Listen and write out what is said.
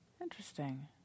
Interesting